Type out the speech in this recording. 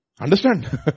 Understand